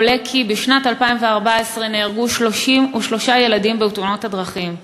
עולה כי בשנת 2014 נהרגו 33 ילדים בתאונות דרכים.